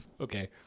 Okay